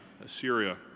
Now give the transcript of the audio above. Assyria